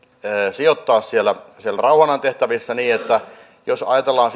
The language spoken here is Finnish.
sijoittaa siellä siellä rauhanajan tehtävissä ja jos ajatellaan